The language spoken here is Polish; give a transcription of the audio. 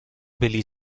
byli